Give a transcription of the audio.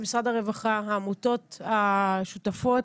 הרווחה, העמותות השותפות.